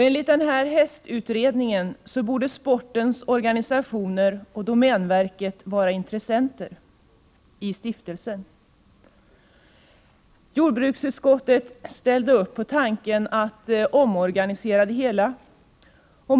Enligt utredningen borde sportens organisationer och domänverket vara intressenter i stiftelsen. Jordbruksutskottet ställde upp på tanken att omorganisera det hela.